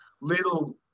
little